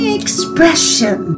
expression